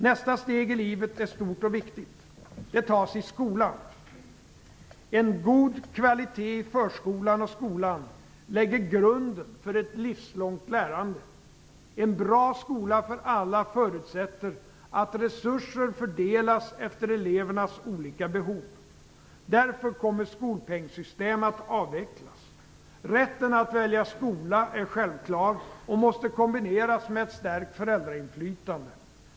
Nästa steg i livet är stort och viktigt. Det tas i skolan. En god kvalitet i förskolan och skolan lägger grunden för ett livslångt lärande. En bra skola för alla förutsätter att resurser fördelas efter elevernas olika behov. Därför kommer skolpengssystem att avvecklas. Rätten att välja skola är självklar och måste kombineras med ett stärkt föräldrainflytande.